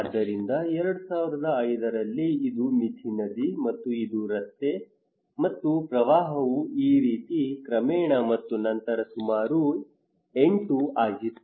ಆದ್ದರಿಂದ 2005 ರಲ್ಲಿ ಇದು ಮಿಥಿ ನದಿ ಮತ್ತು ಇದು ರಸ್ತೆ ಮತ್ತು ಪ್ರವಾಹವು ಈ ರೀತಿ ಕ್ರಮೇಣ ಮತ್ತು ನಂತರ ಸುಮಾರು 8 ಆಗಿತ್ತು